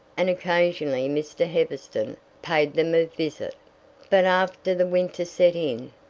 and occasionally mr. heatherstone paid them a visit but after the winter set in,